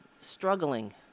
struggling